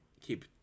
Keep